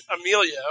Amelia